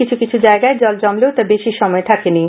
কিছু কিছু জায়গায় জল জমলেও তা বেশি সময় থাকেনি